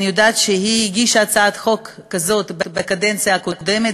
אני יודעת שהיא הגישה הצעת חוק כזאת בקדנציה הקודמת,